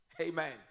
Amen